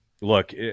look